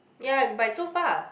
ya by so far